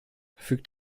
verfügt